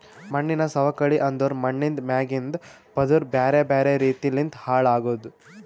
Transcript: ಮಣ್ಣಿನ ಸವಕಳಿ ಅಂದುರ್ ಮಣ್ಣಿಂದ್ ಮ್ಯಾಗಿಂದ್ ಪದುರ್ ಬ್ಯಾರೆ ಬ್ಯಾರೆ ರೀತಿ ಲಿಂತ್ ಹಾಳ್ ಆಗದ್